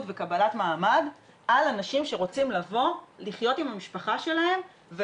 וקבלת מעמד על אנשים שרוצים לבוא לחיות עם המשפחה שלהם.